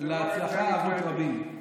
להצלחה אבות רבים.